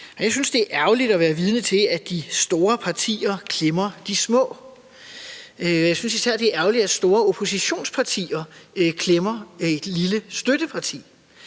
Jeg synes, det er ærgerligt at være vidne til, at de store partier klemmer de små. Jeg synes især, det er ærgerligt, at store oppositionspartier klemmer et lille støtteparti.